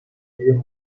رگهای